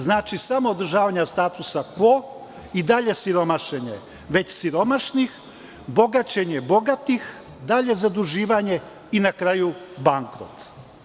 Znači samo održavanje statusa kvo, i dalje siromašenje već siromašnih, bogaćenje bogatih, dalje zaduživanje i na kraju bankrot.